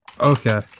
Okay